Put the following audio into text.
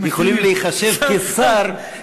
יכולים להיחשב כשר,